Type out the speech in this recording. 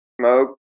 smoke